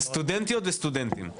סטודנטיות וסטודנטים.